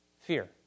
fear